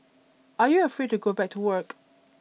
are you afraid to go back to work